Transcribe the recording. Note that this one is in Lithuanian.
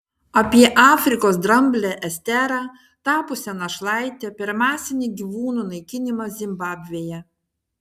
apie afrikos dramblę esterą tapusią našlaite per masinį gyvūnų naikinimą zimbabvėje